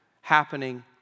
happening